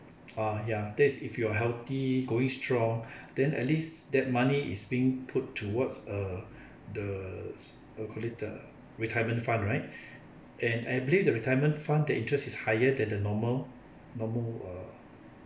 ah ya that's if you're healthy going strong then at least that money is being put towards uh the what you call it retirement fund right and I believe the retirement fund the interest is higher than the normal normal uh